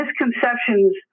misconceptions